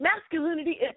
masculinity